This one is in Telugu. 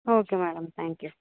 okay madam thank you